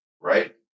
Right